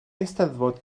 eisteddfod